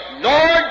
Lord